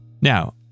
Now